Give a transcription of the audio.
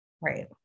right